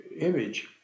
image